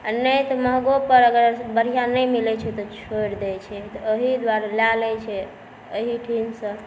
आओर नहि तऽ महगोपर अगर बढ़िआँ नहि मिलै छै तऽ छोड़ि दै छै तऽ ओहि दुआरे लऽ लै छै अहिठिनसँ